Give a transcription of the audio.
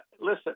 listen